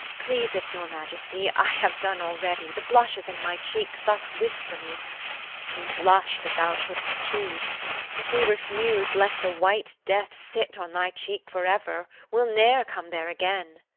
please it your majesty, i have done already. the blushes in my cheeks thus whisper me we blush that thou shouldst choose but, be refused, let the white death sit on thy cheek for ever, we'll ne'er come there again